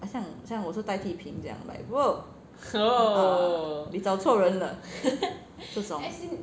很像很像我是代替品这样 like !whoa! 你找错人了这种